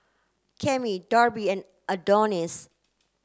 Cami Darby and Adonis